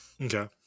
Okay